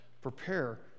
prepare